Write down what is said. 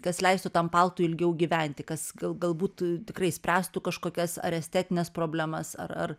kas leistų tam paltui ilgiau gyventi kas galbūt tikrai spręstų kažkokias ar estetines problemas ar ar